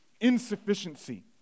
insufficiency